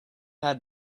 had